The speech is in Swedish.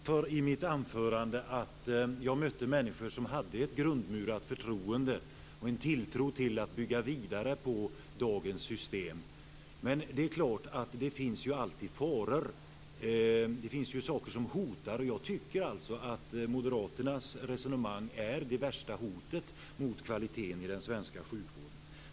Fru talman! Jag redogjorde i mitt anförande för att jag mötte människor som hade ett grundmurat förtroende och en tilltro till att bygga vidare på dagens system. Men det finns alltid faror. Det finns saker som hotar situationen. Moderaternas resonemang är det värsta hotet mot kvaliteten i den svenska sjukvården.